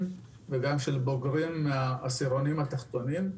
וגם של בוגרים מהעשירונים התחתונים.